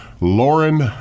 Lauren